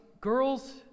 girls